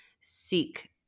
seek